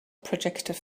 projected